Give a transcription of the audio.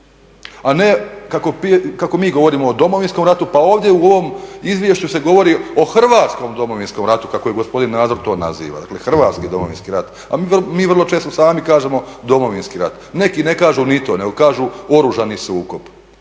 a ne kako mi govorimo o Domovinskom ratu pa ovdje u ovom izvješću se govori o hrvatskom domovinskom ratu kako gospodin Nazor to naziva, dakle Hrvatski domovinski rat, a mi vrlo često sami kažemo Domovinski rat. Neki ne kažu ni to nego kažu oružani sukob.